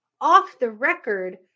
off-the-record